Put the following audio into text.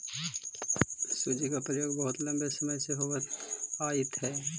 सूजी का प्रयोग बहुत लंबे समय से होइत आयित हई